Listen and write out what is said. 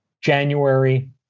January